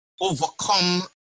overcome